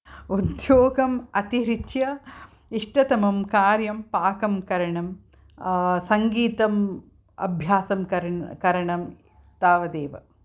उद्योगं अतिरिच्य इष्टतमं कार्यं पाकं करणं सङ्गीतं अभ्यासं कर् करणं तावदेव